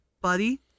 buddy